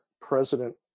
President